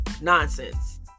nonsense